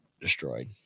destroyed